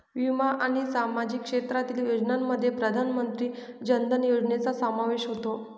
विमा आणि सामाजिक क्षेत्रातील योजनांमध्ये प्रधानमंत्री जन धन योजनेचा समावेश होतो